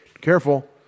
Careful